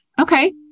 okay